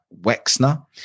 Wexner